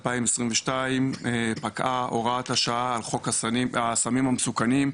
2022 פקעה הוראת השעה על חוק הסמים המסוכנים,